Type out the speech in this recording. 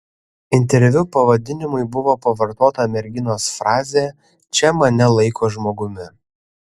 interviu pavadinimui buvo pavartota merginos frazė čia mane laiko žmogumi